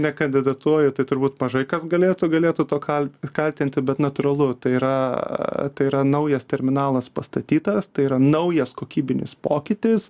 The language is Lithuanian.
nekandidatuoju tai turbūt mažai kas galėtų galėtų tuo kal kaltinti bet natūralu tai yra tai yra naujas terminalas pastatytas tai yra naujas kokybinis pokytis